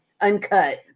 uncut